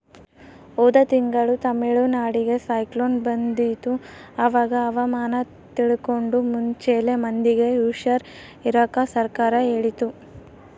ಹೋದ ತಿಂಗಳು ತಮಿಳುನಾಡಿಗೆ ಸೈಕ್ಲೋನ್ ಬಂದಿತ್ತು, ಅವಾಗ ಹವಾಮಾನ ತಿಳ್ಕಂಡು ಮುಂಚೆಲೆ ಮಂದಿಗೆ ಹುಷಾರ್ ಇರಾಕ ಸರ್ಕಾರ ಹೇಳಿತ್ತು